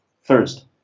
First